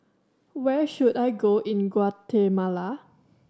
where should I go in Guatemala